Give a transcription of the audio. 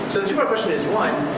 two-part question is, one,